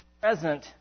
present